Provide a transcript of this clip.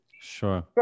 Sure